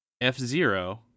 f-zero